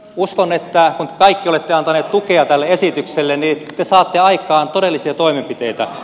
uskon että kun te kaikki olette antaneet tukea tälle esitykselle niin te saatte aikaan todellisia toimenpiteitä